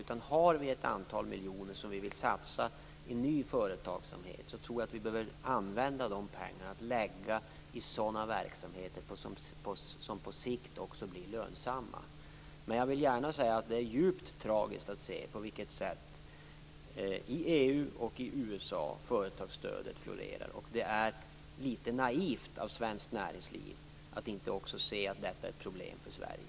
Om vi har ett antal miljoner som vi vill satsa i ny företagsamhet, tror jag att vi bör använda dessa pengar i sådana verksamheter som på sikt också blir lönsamma. Men jag vill gärna säga att det är djupt tragiskt att se på vilket sätt företagsstödet florerar i EU och i USA. Det är litet naivt av svenskt näringsliv att inte också se att detta är ett problem för Sverige.